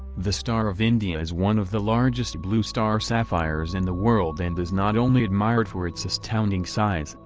the star of india is one of the largest blue star sapphires in the world and is not only admired for its astounding size,